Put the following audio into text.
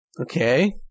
Okay